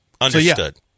Understood